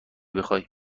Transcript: بخای